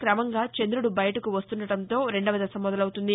క్రమంగా చందుడు బయటకు వస్తుండడంతో రెండవ దశ మొదలవుతుంది